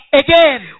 again